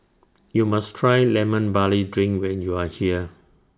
YOU must Try Lemon Barley Drink when YOU Are here